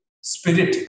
spirit